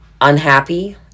Unhappy